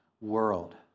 world